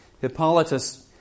Hippolytus